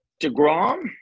DeGrom